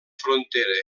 frontera